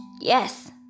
Yes